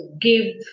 give